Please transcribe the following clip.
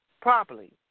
properly